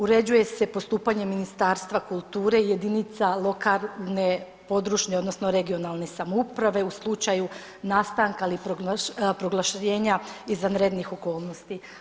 Uređuje se postupanje Ministarstva kulture jedinica lokalne područne odnosno regionalne samouprave u slučaju nastanka ili proglašenja izvanrednih okolnosti.